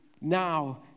now